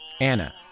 Anna